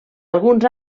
alguns